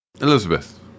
Elizabeth